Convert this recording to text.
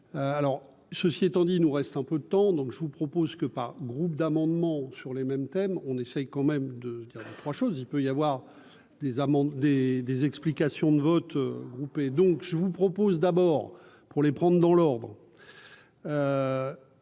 alors ceci étant dit, il nous reste un peu de temps, donc je vous propose que par groupe d'amendements sur les mêmes thèmes on essaye quand même de dire 2, 3 choses : il peut y avoir des amendes et des explications de vote groupé, donc je vous propose d'abord pour les prendre dans l'ordre.